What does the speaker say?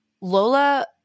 Lola